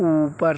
اوپر